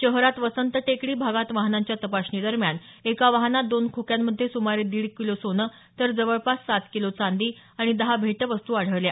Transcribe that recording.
शहरात वसंत टेकडी भागात वाहनांच्या तपासणी दरम्यान एका वाहनात दोन खोक्यांमध्ये सुमारे दीड किलो सोनं तर जवळपास सात किलो चांदी आणि दहा भेटवस्तू आढळल्या